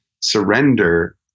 surrender